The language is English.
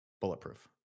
bulletproof